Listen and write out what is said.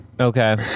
Okay